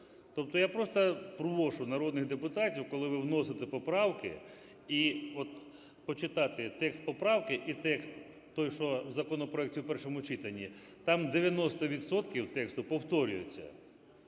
Тобто я просто прошу народних депутатів, коли ви вносите поправки, от почитати текст поправки і текст той, що в законопроекті в першому читанні, там 90 відсотків тексту повторюється.